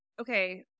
okay